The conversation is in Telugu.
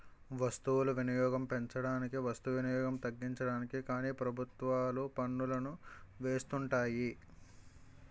వస్తువులు వినియోగం పెంచడానికి వస్తు వినియోగం తగ్గించడానికి కానీ ప్రభుత్వాలు పన్నులను వేస్తుంటాయి